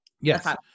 Yes